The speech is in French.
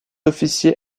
officier